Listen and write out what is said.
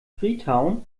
freetown